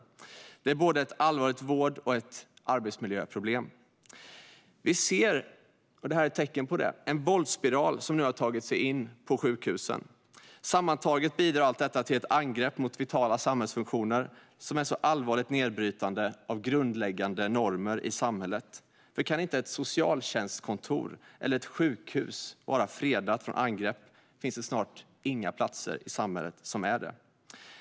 Det är både ett allvarligt vårdproblem och ett arbetsmiljöproblem. Vi ser - och det här är ett tecken på det - en våldsspiral som nu har tagit sig in på sjukhusen. Sammantaget bidrar allt detta till ett angrepp mot vitala samhällsfunktioner, något som verkar allvarligt nedbrytande på grundläggande normer i samhället. Kan inte ett socialtjänstkontor eller ett sjukhus vara fredat från angrepp finns det snart inga platser i samhället som är det.